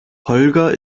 holger